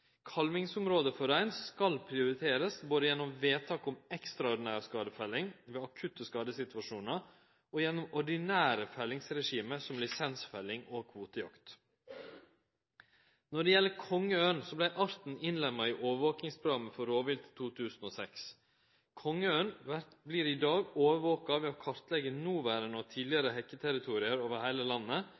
Kalvingsområde for rein skal prioriterast, både gjennom vedtak om ekstraordinær skadefelling ved akutte skadesituasjonar og gjennom ordinære fellingsregime, som lisensfelling og kvotejakt. Når det gjeld kongeørn, så vart arten innlemma i overvakingsprogrammet for rovvilt i 2006. Kongeørn vert i dag overvakt ved å kartleggje noverande og tidlegare hekketerritorium over heile landet,